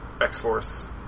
x-force